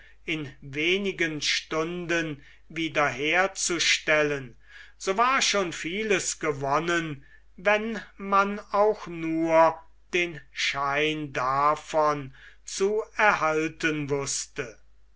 in wenigen stunden wieder herzustellen so war schon vieles gewonnen wenn mau auch nur den schein davon zu erhalten wußte